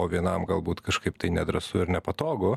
o vienam galbūt kažkaip tai nedrąsu ir nepatogu